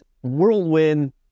whirlwind